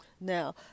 Now